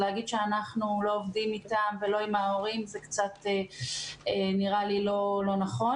כך שזה קצת נראה לי לא נכון